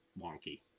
wonky